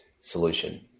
solution